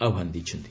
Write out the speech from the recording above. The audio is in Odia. ଆହ୍ୱାନ ଦେଇଛନ୍ତି